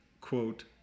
quote